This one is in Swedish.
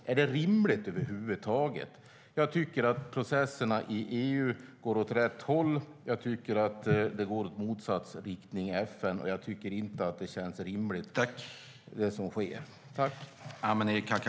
Är det över huvud taget rimligt? Processerna i EU går åt rätt håll medan de går i motsatt riktning i FN, och det som sker känns inte rimligt.